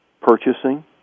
purchasing